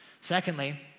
Secondly